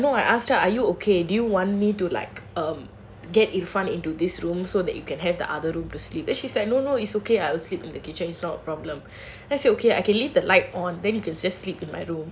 ya that's why no I asked her are you okay do you want me to like um get infront into this room so that you can have the other room to sleep then she's like no no it's okay I will sleep in the kitchen it's not a problem then I said okay I can leave the light on then you can just sleep in my room